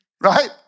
Right